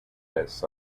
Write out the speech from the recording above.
pests